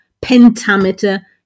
pentameter